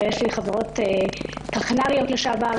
ויש לי חברות קחנ"ריות לשעבר,